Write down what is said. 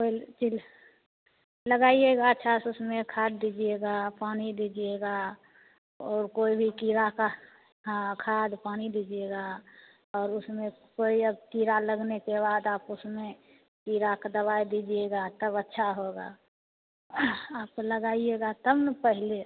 पहले लगाइएगा अच्छा से उसमें खाद दीजिएगा पानी दीजिएगा और कोई भी कीड़ा का हाँ खाद पानी दीजिएगा और उसमें कोई अब कीड़ा लगने के बाद आप उसमें कीड़ा का दवाई दीजिएगा तब अच्छा होगा आप लगाइएगा तब ना पहले